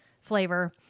flavor